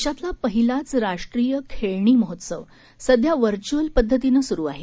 देशातल्या पहिलाच राष्ट्रीय खेळणी महोत्सव सध्या व्हर्चुअल पद्धतीनं सुरु आहे